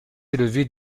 élevé